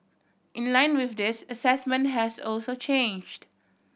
in line with this assessment has also changed